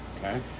Okay